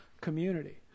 community